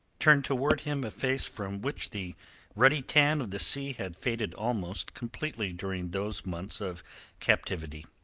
turned towards him a face from which the ruddy tan of the sea had faded almost completely during those months of captivity.